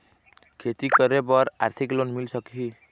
खेती करे बर आरथिक लोन मिल सकही?